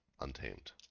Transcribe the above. Untamed